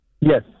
Yes